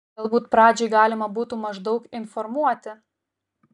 galbūt pradžiai galima būtų maždaug informuoti